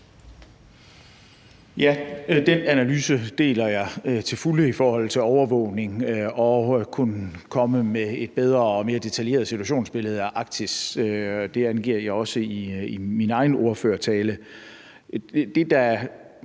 Den analyse deler jeg til fulde i forhold til overvågning og det at kunne komme med et bedre og mere detaljeret situationsbillede af Arktis, og det angiver jeg også i min egen ordførertale.